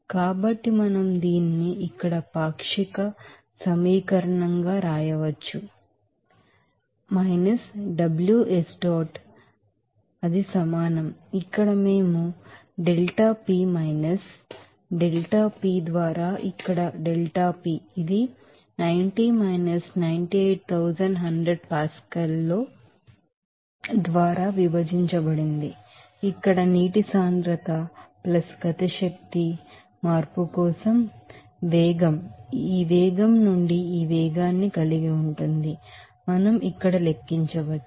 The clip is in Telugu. కాబట్టి మనం దీనిని ఇక్కడ పార్ట్ ఈక్వేషన్గా వ్రాయవచ్చు మనం వ్రాయవచ్చు అప్పుడు డబ్ల్యుఎస్ డాట్ అది సమానం ఇక్కడ మేము ఇక్కడ డెల్టా పి ఇప్పటికీ ఇక్కడ డెల్టా పి ద్వారా ఇక్కడ డెల్టా పి ఇది 90 98100 పాస్కల్ రో ద్వారా విభజించబడింది ఇక్కడ నీటి డెన్సిటీ కైనెటిక్ ఎనెర్జి చేంజ్ కోసం మీకు తెలుసు వెలాసిటీ ఈ వెలాసిటీ నుండి ఈ వెలాసిటీన్ని కలిగి ఉంటుంది మనం ఇక్కడ లెక్కించవచ్చు